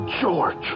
George